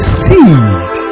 seed